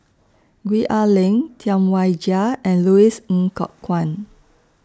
Gwee Ah Leng Tam Wai Jia and Louis Ng Kok Kwang